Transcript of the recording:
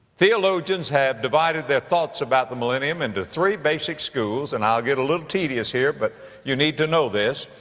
theologians have divided their thoughts about the millennium into three basic schools. and i'll get a little tedious here, but you need to know this.